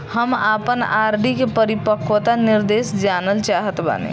हम आपन आर.डी के परिपक्वता निर्देश जानल चाहत बानी